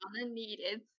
unneeded